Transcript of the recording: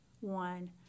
one